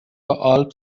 آلپ